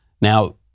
Now